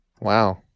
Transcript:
Wow